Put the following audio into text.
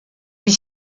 est